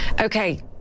Okay